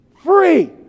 free